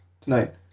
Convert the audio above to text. tonight